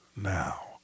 now